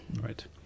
right